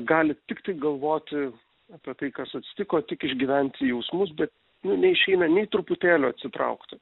gali tiktai galvoti apie tai kas atsitiko tik išgyventi jausmus bet nu neišeina nei truputėlio atsitraukti